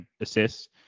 assists